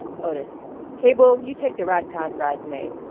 otis cable, you take the ragtime bridesmaid.